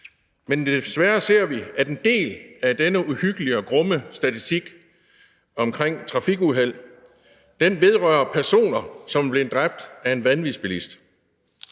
men desværre ser vi, at en del af denne uhyggelige og grumme statistik omkring trafikuheld vedrører personer, som er blevet dræbt af en vanvidsbilist.